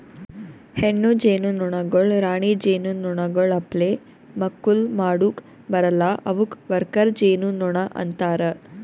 ಹೆಣ್ಣು ಜೇನುನೊಣಗೊಳ್ ರಾಣಿ ಜೇನುನೊಣಗೊಳ್ ಅಪ್ಲೆ ಮಕ್ಕುಲ್ ಮಾಡುಕ್ ಬರಲ್ಲಾ ಅವುಕ್ ವರ್ಕರ್ ಜೇನುನೊಣ ಅಂತಾರ